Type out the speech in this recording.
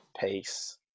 peace